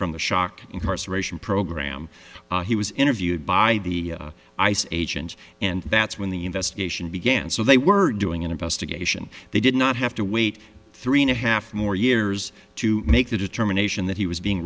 from the shock incarceration program he was interviewed by the ice agents and that's when the investigation began so they were doing an investigation they did not have to wait three and a half more years to make the determination that he was being